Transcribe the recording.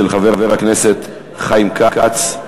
של חבר הכנסת חיים כץ,